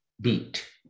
beat